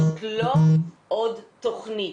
זאת לא עוד תוכנית.